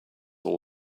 all